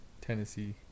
Tennessee